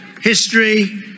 history